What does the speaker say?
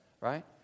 right